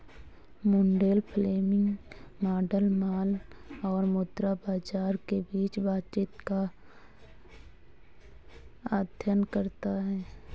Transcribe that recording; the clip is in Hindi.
मुंडेल फ्लेमिंग मॉडल माल और मुद्रा बाजार के बीच बातचीत का अध्ययन करता है